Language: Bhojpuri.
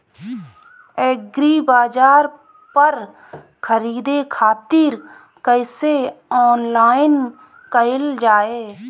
एग्रीबाजार पर खरीदे खातिर कइसे ऑनलाइन कइल जाए?